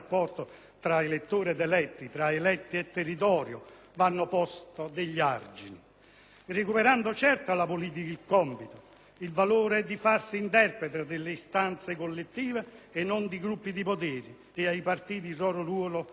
restituendo alla politica il compito, il valore di farsi interprete delle istanze della collettività e non di gruppi di potere, e ai partiti il loro ruolo definito mirabilmente dalla nostra Carta costituzionale nell'articolo 49,